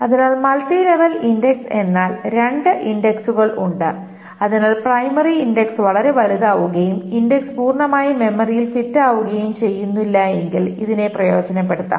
അതിനാൽ multi level index എന്നാൽ രണ്ട് ഇൻഡക്സുകൾ ഉണ്ട് അതിനാൽ പ്രൈമറി ഇൻഡക്സ് വളരെ വലുതാവുകയും ഇൻഡക്സ് പൂർണമായും മെമ്മറിയിൽ ഫിറ്റ് ആവുകയും ചെയ്യുന്നില്ലെങ്കിൽ ഇതിനെ പ്രയോജനപ്പെടുത്താം